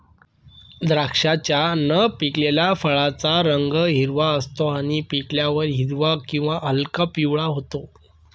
द्राक्षाच्या न पिकलेल्या फळाचा रंग हिरवा असतो आणि पिकल्यावर हिरवा किंवा हलका पिवळा होतो